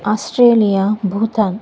Australia Bhutan